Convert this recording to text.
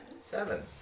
Seven